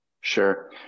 Sure